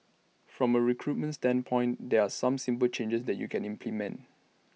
from A recruitment standpoint there are some simple changes that you can implement